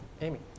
Amy